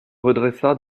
redressa